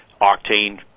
octane